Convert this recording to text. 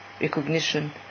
recognition